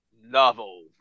Novel